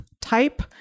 type